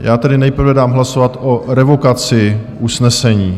Já tedy nejprve dám hlasovat o revokaci usnesení.